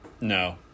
No